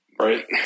right